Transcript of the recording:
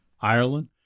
Ireland